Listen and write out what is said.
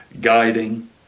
Guiding